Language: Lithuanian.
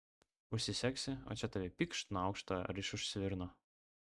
užsisegsi o čia tave pykšt nuo aukšto ar iš už svirno